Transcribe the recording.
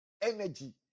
energy